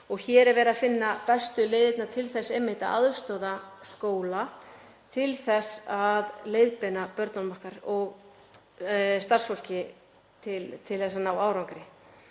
Hér er verið að finna bestu leiðirnar til þess einmitt að aðstoða skóla til þess að leiðbeina börnunum okkar og starfsfólki til að ná árangri.